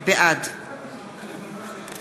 בעד